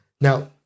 now